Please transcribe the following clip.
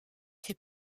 fait